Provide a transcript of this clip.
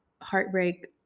heartbreak